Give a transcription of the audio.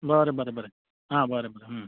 बरें बरें बरें आं बरें बरें